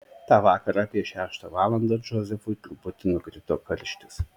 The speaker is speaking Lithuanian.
tą vakarą apie šeštą valandą džozefui truputį nukrito karštis